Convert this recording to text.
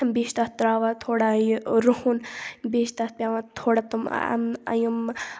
بیٚیہِ چھِ تَتھ ترٛاوان تھوڑا یہِ روٗہُن بیٚیہِ چھِ تَتھ پیٚوان تھوڑا تِم یِم